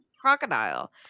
crocodile